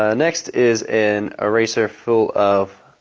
ah next, is an eraser full of